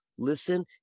listen